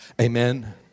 Amen